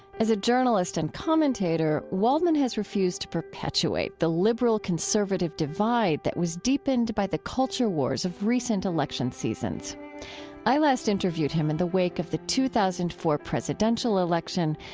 as a journalist and commentator, waldman has refused to perpetuate the liberal-conservative divide that was deepened by the culture wars of recent election seasons i last interviewed him in the wake of the two thousand and four presidential election,